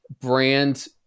brand